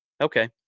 Okay